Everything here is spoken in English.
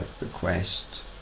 request